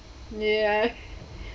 ya